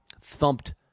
thumped